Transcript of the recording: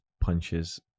punches